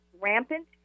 Rampant